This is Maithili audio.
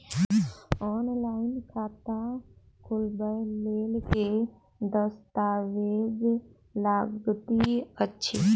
ऑनलाइन खाता खोलबय लेल केँ दस्तावेज लागति अछि?